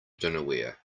dinnerware